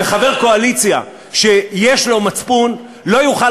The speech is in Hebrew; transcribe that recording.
וחבר קואליציה שיש לו מצפון לא יוכל,